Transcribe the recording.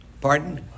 Pardon